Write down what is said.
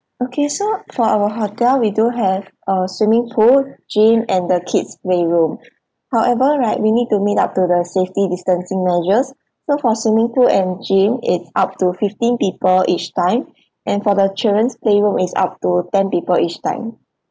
okay so for our hotel we do have uh swimming pool gym and the kids play room however right we need to meet up to the safety distancing measures so for swimming pool and gym it's up to fifteen people each time and for the children's play room it's up to ten people each time